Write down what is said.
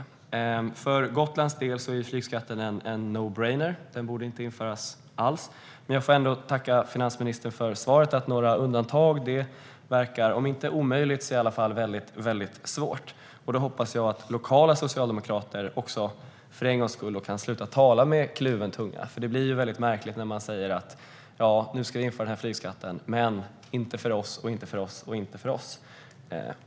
För Gotlands del är flygskatten en no-brainer - den borde inte införas alls. Jag får ändå tacka finansministern för svaret att det verkar om inte omöjligt så i alla fall väldigt svårt att få till några undantag. Jag hoppas att lokala socialdemokrater för en gångs skull kan sluta att tala med kluven tunga. Det blir ju märkligt när man säger att den här flygskatten ska införas, men inte för oss, inte för oss och inte för oss.